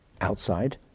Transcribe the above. outside